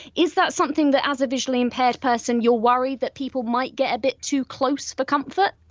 is that something that as a visually impaired person you're worried that people might get a bit too close for comfort?